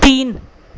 तीन